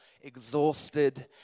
exhausted